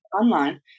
online